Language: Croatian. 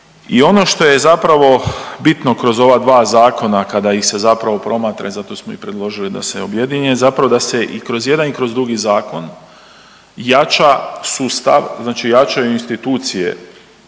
I ono što je zapravo bitno kroz ova dva zakona kada ih se zapravo promatra i zato smo i predložili da se objedine, zapravo da se i kroz jedan i kroz drugi zakon jača sustav,